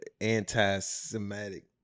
anti-semitic